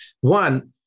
One